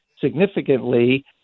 significantly